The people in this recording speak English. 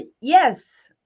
Yes